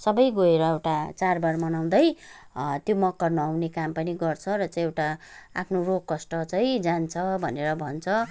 सबै गएर एउटा चाडबाड मनाउँदै त्यो मकर नुहाउने काम पनि गर्छर चाहिँ एउटा आफ्नो रोग कष्ट चाहिँ जान्छ भनेर भन्छ